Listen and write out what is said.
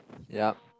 yea